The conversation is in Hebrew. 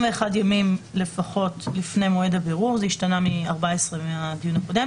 ימים לפחות לפני מועד הבירור - בדיון הקודם